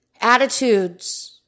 attitudes